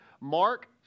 Mark